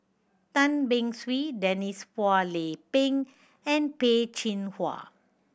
Tan Beng Swee Denise Phua Lay Peng and Peh Chin Hua